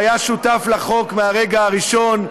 שהיה שותף לחוק מהרגע הראשון,